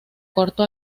corto